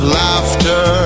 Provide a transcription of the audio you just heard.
laughter